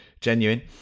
genuine